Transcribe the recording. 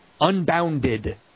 unbounded